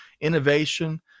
innovation